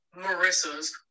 Marissa's